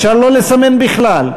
אפשר לא לסמן בכלל.